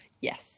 Yes